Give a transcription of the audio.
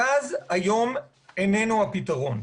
הגז היום איננו הפתרון.